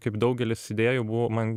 kaip daugelis idėjų buvo man